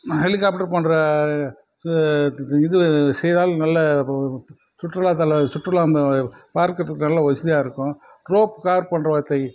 helicopter போன்ற இது செய்தால் நல்ல சுற்றுலாத்தல சுற்றுலா அங்கே பார்க்கிறத்துக்கு நல்ல வசதியாயிருக்கும் ரோப் கார் போன்றவற்றை